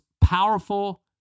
powerful